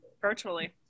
virtually